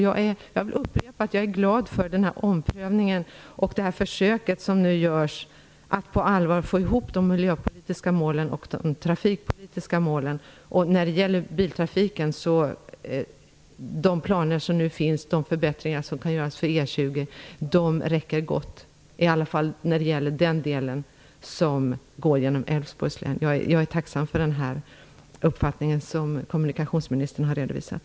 Jag vill upprepa att jag är glad över den omprövning och det försök som nu görs, att man på allvar försöker få de miljöpolitiska och de trafikpolitiska målen att gå ihop. När det gäller biltrafiken räcker de planer som finns och de förbättringar som görs för E 20 gott, i varje fall i den del som går genom Älvsborgs län. Jag är tacksam för den uppfattning som kommunikationsministern har redovisat.